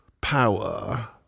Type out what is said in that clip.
power